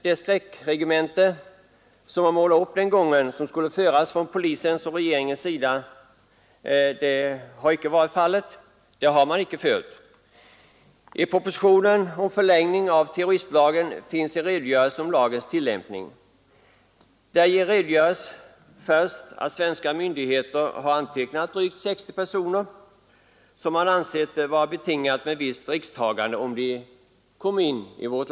Det skräckregemente som det i fjol sades att regeringen och polisen skulle komma att föra har vi inte sett något av. I propositionen om förlängning av terroristlagen finns det en redogörelse för lagens tillämpning. Där sägs det först att svenska myndigheter har antecknat drygt 60 personer som det skulle vara förenat med ett visst risktagande att låta komma in i landet.